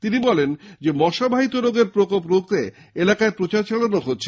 তিনি বলেন মশা বাহিত রোগের প্রকোপ রুখতে এলাকায় প্রচার চালানো হচ্ছে